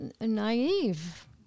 naive